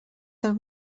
del